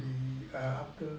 err after